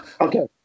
Okay